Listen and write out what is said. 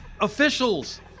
officials